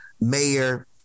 mayor